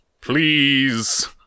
please